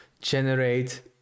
generate